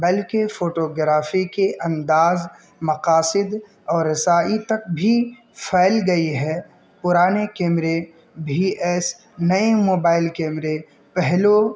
بلکہ فوٹوگرافی کے انداز مقاصد اور رسائی تک بھی فیل گئی ہے پرانے کیمرے بھی ایس نئے موبائل کیمرے پہلو